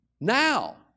Now